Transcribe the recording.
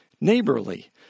neighborly